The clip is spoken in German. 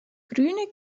grüne